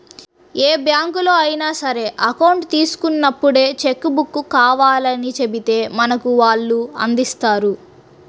ఏ బ్యాంకులో అయినా సరే అకౌంట్ తీసుకున్నప్పుడే చెక్కు బుక్కు కావాలని చెబితే మనకు వాళ్ళు అందిస్తారు